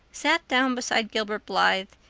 sat down beside gilbert blythe,